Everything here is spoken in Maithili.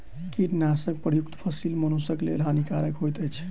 कीटनाशक प्रयुक्त फसील मनुषक लेल हानिकारक होइत अछि